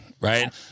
Right